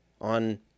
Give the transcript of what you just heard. on